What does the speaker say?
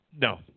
No